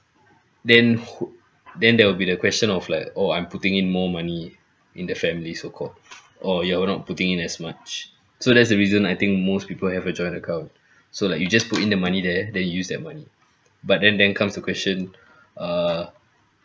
then who then there will be the question of like oh I'm putting in more money in the family so-called or you're not putting in as much so that's the reason I think most people have a joint account so like you just put in the money there then you use that money but then there comes the question err